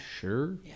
sure